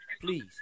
please